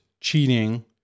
cheating